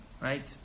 right